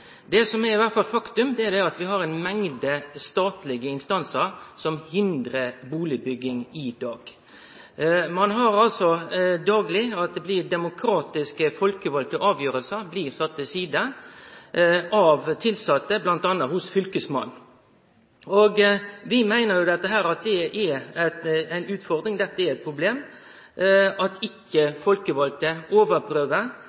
Det som i alle fall er eit faktum, er at vi har ei mengd statlege instansar som hindrar bustadbygging i dag. Dagleg blir demokratiske avgjersler tekne av folkevalde sette til side av tilsette bl.a. hos Fylkesmannen. Vi meiner at dette er ei utfordring. Det er eit problem at ikkje-folkevalde overprøver folkevalde sine avgjersler også i skjønnssaker. Mitt spørsmål til statsråden er: Ser kommunalministeren at